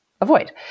avoid